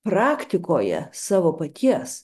praktikoje savo paties